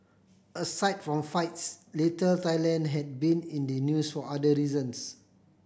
aside from fights Little Thailand had been in the news for other reasons